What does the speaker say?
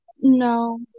No